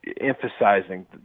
emphasizing